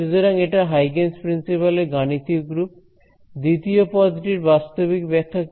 সুতরাং এটা Huygens principle এর গাণিতিক রূপ দ্বিতীয় পদ টির বাস্তবিক ব্যাখ্যা কি